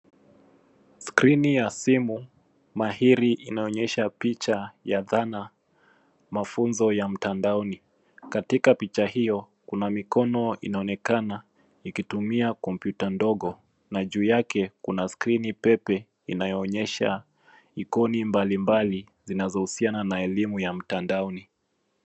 Skrini ya simu mahiri inaonyesha picha ya dhana mafunzo ya mtandaoni. Katika picha hiyo kuna mikono inaonekana ikitumia kompyuta ndogo na juu yake kuna skrini pepe inayoonyesha ikoni mbalimbali zinazohusiana na elimu ya mtandaoni.